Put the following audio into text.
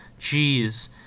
Jeez